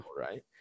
Right